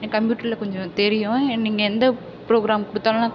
கம்ப்யூட்டரில் கொஞ்சம் தெரியும் நீங்கள் எந்த ப்ரோக்ராம் கொடுத்தாலும் நான்